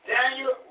Daniel